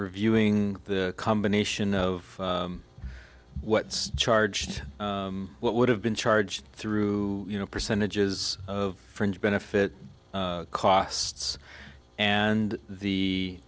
reviewing the combination of what's charged what would have been charged through you know percentages of fringe benefit costs and the